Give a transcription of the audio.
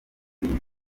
ibintu